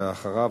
ואחריו,